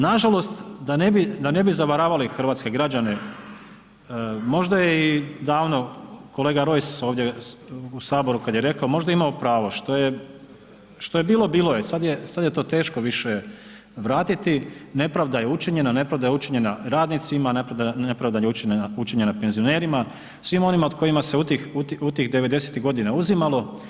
Nažalost, da ne bi zavaravali hrvatske građane, možda je i davno kolega Rojs ovdje u HS kad je rekao, možda je imao pravo što je bilo, bilo je, sad je to teško više vratiti, nepravda je učinjena, nepravda je učinjena radnicima, nepravda je učinjena penzionerima, svima onima kojima se u tih '90.-tih godina uzimalo.